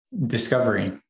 discovery